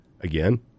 Again